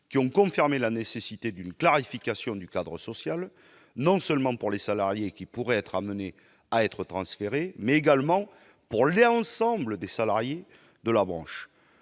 ont confirmé la nécessité d'une clarification du cadre social, non seulement pour les salariés qui pourraient être appelés à être transférés, mais également pour l'ensemble des salariés de la branche.